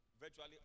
virtually